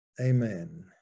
amen